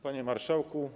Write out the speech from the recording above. Panie Marszałku!